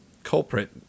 culprit